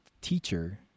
teacher